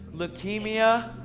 leukemia,